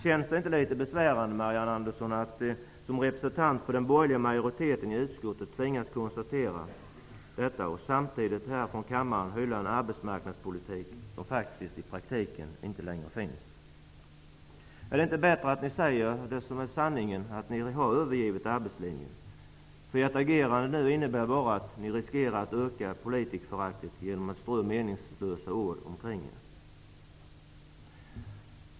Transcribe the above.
Känns det inte litet besvärande, Marianne Andersson, att såsom representant för den borgerliga majoriteten i utskottet tvingas konstatera detta och samtidigt här i kammaren hylla en arbetsmarknadspolitik som faktiskt i praktiken inte längre finns? Är det inte bättre att säga sanningen, nämligen att ni har övergivit arbetslinjen? Ert agerande nu innebär bara att ni riskerar att öka politikerföraktet genom att strö meningslösa ord omkring er.